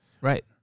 Right